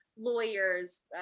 lawyers